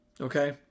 Okay